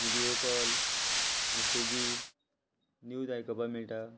video call मॅसेजी news आयकपाक मेळटा